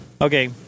Okay